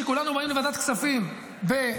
שכולנו מראים לוועדת כספים עכשיו,